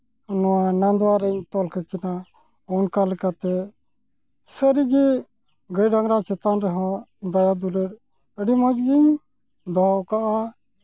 ᱱᱚᱣᱟ ᱱᱟᱫᱣᱟ ᱨᱤᱧ ᱛᱚᱞ ᱠᱟᱠᱤᱱᱟ ᱚᱱᱠᱟ ᱞᱮᱠᱟᱛᱮ ᱥᱟᱹᱨᱤᱜᱮ ᱜᱟᱹᱭ ᱰᱟᱝᱨᱟ ᱪᱮᱛᱟᱱ ᱨᱮᱦᱚᱸ ᱫᱟᱭᱟ ᱫᱩᱞᱟᱹᱲ ᱟᱹᱰᱤ ᱢᱚᱡᱽᱜᱤᱧ ᱫᱚᱦᱚᱣᱟᱠᱟᱫᱼᱟ